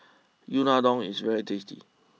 Unadon is very tasty